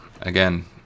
Again